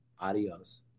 Adios